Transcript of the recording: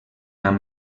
amb